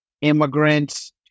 immigrants